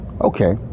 Okay